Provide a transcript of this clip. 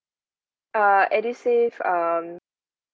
uh edusave um